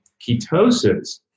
ketosis